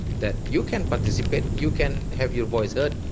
that you can participate, you can have your voice heard,